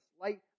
light